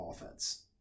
offense